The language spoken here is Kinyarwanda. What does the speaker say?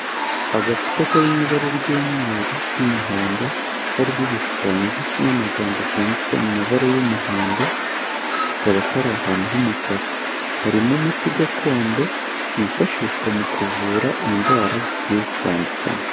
Agacupa kari mo ibara ry'umweru n'umuhondo kariho ibishushanyo ndetse n'amagambo byanditse mu mabara y'umuhondo, kakaba kari ahantu h'umukara, karimo umuti gakondo wifashishwa mu kuvura indwara zigiye zitandukanye.